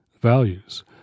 values